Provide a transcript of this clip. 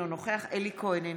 אינו נוכח אלי כהן,